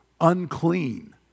unclean